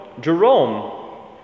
Jerome